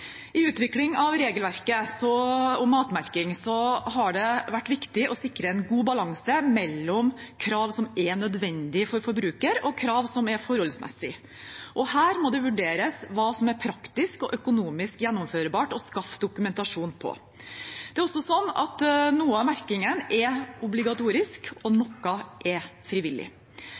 I utviklingen av regelverket om matmerking har det vært viktig å sikre en god balanse mellom krav som er nødvendige for forbrukerne, og krav som er forholdsmessige. Og her må det vurderes hva det er praktisk og økonomisk gjennomførbart å skaffe dokumentasjon på. Det er også sånn at noe av merkingen er obligatorisk, og noe er frivillig.